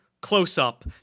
close-up